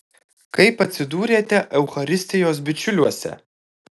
kaip atsidūrėte eucharistijos bičiuliuose